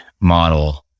model